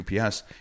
ups